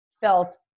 felt